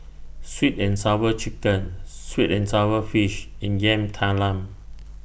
Sweet and Sour Chicken Sweet and Sour Fish and Yam Talam